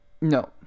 no